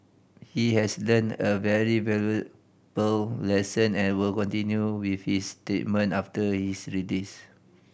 he has learnt a very valuable lesson and will continue with his treatment after his release